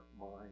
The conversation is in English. mind